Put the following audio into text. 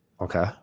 Okay